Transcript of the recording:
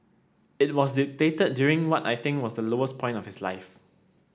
it was dictated during what I think was the lowest point of his life